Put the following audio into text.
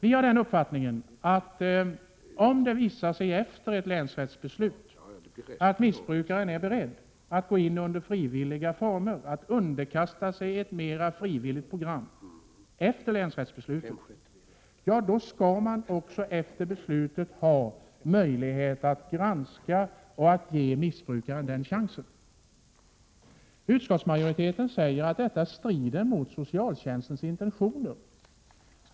Vi har den uppfattningen, att om det visar sig efter ett länsrättsbeslut att missbrukaren är beredd att under frivilliga former underkasta sig ett mera frivilligt program, då skall man också efter beslutet ha möjlighet att ge missbrukaren denna chans. Utskottsmajoriteten säger att detta strider mot socialtjänstlagens intentioner.